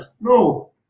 no